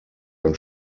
ein